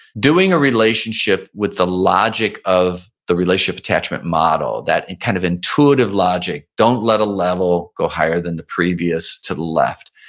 doing a relationship with the logic of the relationship attachment model, that and kind of intuitive logic, don't let a level go higher than the previous to the left,